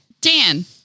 Dan